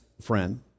friend